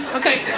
okay